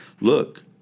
look